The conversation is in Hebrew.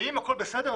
אם הכול בסדר,